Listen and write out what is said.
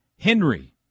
Henry